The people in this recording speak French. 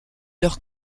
leur